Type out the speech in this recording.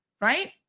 right